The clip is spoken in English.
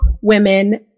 women